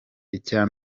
icya